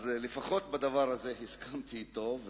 לפחות בדבר הזה הסכמתי אתו.